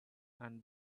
and